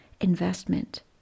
investment